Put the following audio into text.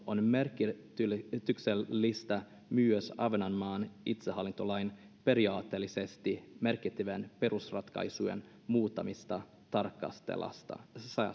on merkityksellistä myös ahvenanmaan itsehallintolain periaatteellisesti merkittävien perusratkaisujen muuttamista tarkasteltaessa